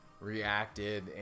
reacted